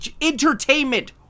entertainment